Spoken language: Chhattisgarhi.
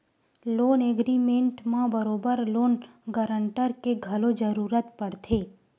लोन एग्रीमेंट म बरोबर लोन गांरटर के घलो जरुरत पड़थे